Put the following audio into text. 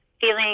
feeling